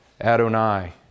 Adonai